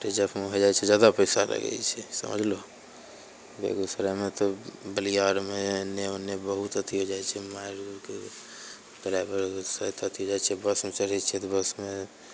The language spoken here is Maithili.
रिजर्बमे होइ जाइत छै जादा पैसा लागि जाइत छै समझलहो बेगूसरायमे तऽ बलिआ आरमे एन्ने ओन्ने बहुत अथी हो जाइत छै मारि ओरके ड्राइवरके साथ अथी हो जाइत छै बसमे चढ़ैत छियै तऽ बसमे